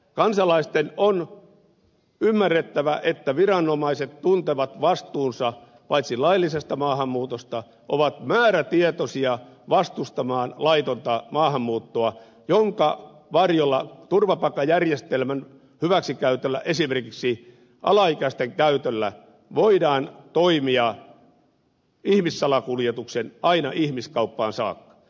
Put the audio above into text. kansalaisten on ymmärrettävä että viranomaiset paitsi tuntevat vastuunsa laillisesta maahanmuutosta ovat myös määrätietoisia vastustamaan laitonta maahanmuuttoa jonka varjolla turvapaikkajärjestelmän hyväksikäytöllä esimerkiksi alaikäisten käytöllä voidaan toimia ihmissalakuljetuksesta aina ihmiskauppaan saakka